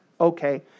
okay